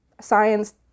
science